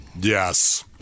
Yes